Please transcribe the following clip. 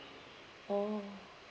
oh